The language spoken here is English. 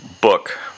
Book